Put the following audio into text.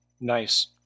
Nice